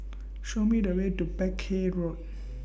Show Me The Way to Peck Hay Road